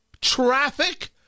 Traffic